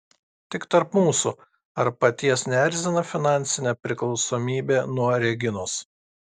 tik tarp mūsų ar paties neerzina finansinė priklausomybė nuo reginos